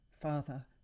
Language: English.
father